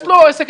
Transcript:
יש לו עסק,